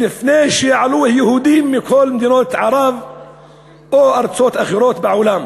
לפני שעלו היהודים מכל מדינות ערב או מארצות אחרות בעולם?